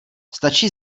stačí